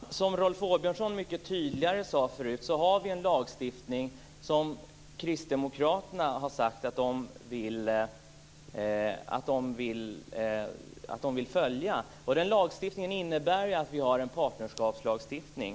Fru talman! Som Rolf Åbjörnsson mycket tydligare sade förut har vi en lagstiftning som Kristdemokraterna säger att de vill följa. Den lagstiftningen innebär att vi har en partnerskapslagstiftning.